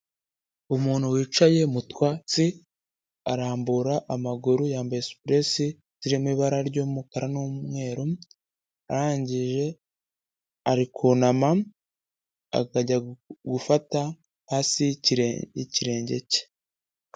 Umuntu wicaye mu twatsi arambura amaguru, yambaye supuresi ziri mu ibara ry'umukara n'umweru, arangije ari kunama akajya gufata hasi y'ikirenge cye.